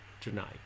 tonight